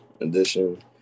edition